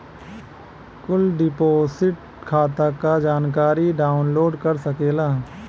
कुल डिपोसिट खाता क जानकारी डाउनलोड कर सकेला